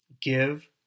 give